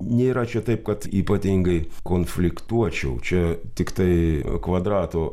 nėra čia taip kad ypatingai konfliktuočiau čia tiktai kvadrato